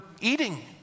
eating